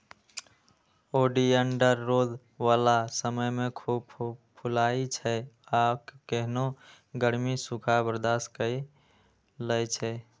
oleander रौद बला समय मे खूब फुलाइ छै आ केहनो गर्मी, सूखा बर्दाश्त कए लै छै